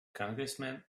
congressman